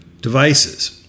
devices